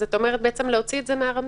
אז את אומרת להוציא את זה מהרמזור.